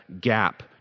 gap